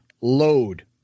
Load